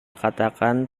katakan